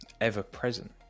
ever-present